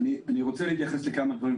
אני רוצה להתייחס לכמה דברים.